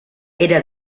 era